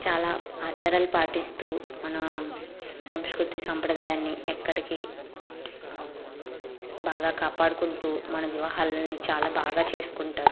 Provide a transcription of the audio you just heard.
చాలా ఆచారాలు పాటిస్తూ మన సంస్కృతి సంప్రదాయాన్ని ఎక్కడికి బాగా కాపాడుకుంటూ మన వివాహాలను చాలా బాగా చేసుకుంటారు